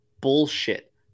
Bullshit